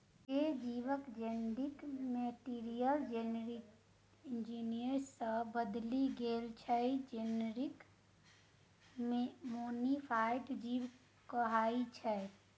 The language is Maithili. जे जीबक जेनेटिक मैटीरियल जेनेटिक इंजीनियरिंग सँ बदलि गेल छै जेनेटिक मोडीफाइड जीब कहाइ छै